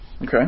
Okay